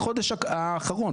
בחודש האחרון,